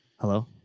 Hello